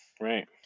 Right